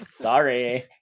Sorry